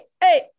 Hey